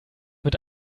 mit